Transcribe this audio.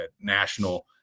National